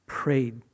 prayed